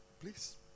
please